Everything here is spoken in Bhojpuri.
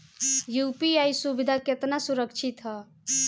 यू.पी.आई सुविधा केतना सुरक्षित ह?